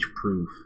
proof